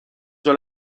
dans